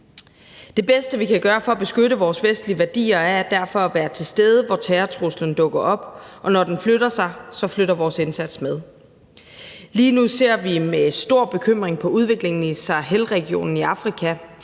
Det bedste, vi kan gøre for at beskytte vores vestlige værdier, er derfor at være til stede, hvor terrortruslen dukker op, og når den flytter sig, flytter vores indsats med. Lige nu ser vi med stor bekymring på udviklingen i Sahelregionen i Afrika.